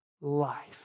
life